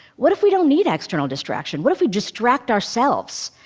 what if we don't need external distraction, what if we distract ourselves?